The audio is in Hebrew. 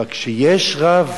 אבל כשיש רב